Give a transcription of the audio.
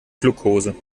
glukose